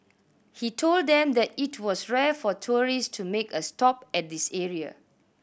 he told them that it was rare for tourist to make a stop at this area